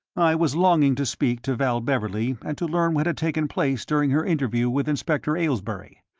i was longing to speak to val beverley and to learn what had taken place during her interview with inspector aylesbury,